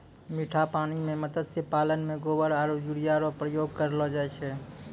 मीठा पानी मे मत्स्य पालन मे गोबर आरु यूरिया रो प्रयोग करलो जाय छै